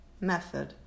method